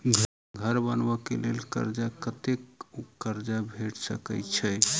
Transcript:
घर बनबे कऽ लेल कर्जा कत्ते कर्जा भेट सकय छई?